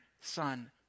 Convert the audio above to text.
son